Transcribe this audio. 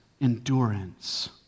endurance